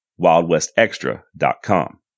wildwestextra.com